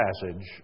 passage